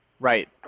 Right